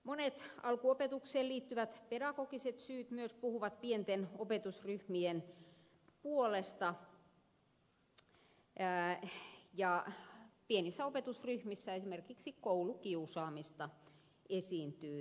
monet alkuopetukseen liittyvät pedagogiset syyt myös puhuvat pienten opetusryhmien puolesta ja pienissä opetusryhmissä esimerkiksi koulukiusaamista esiintyy vähemmän